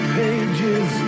pages